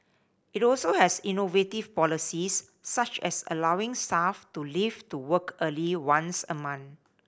it also has innovative policies such as allowing staff to leave to work early once a month